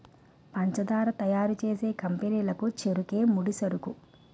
పంచదార తయారు చేసే కంపెనీ లకు చెరుకే ముడిసరుకు